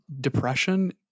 depression